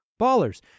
Ballers